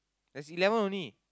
there's eleven only